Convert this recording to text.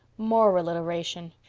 more alliteration.